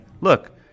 look